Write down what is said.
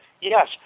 Yes